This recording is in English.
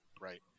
Right